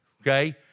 okay